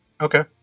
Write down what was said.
Okay